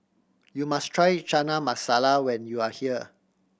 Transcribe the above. you must try Chana Masala when you are here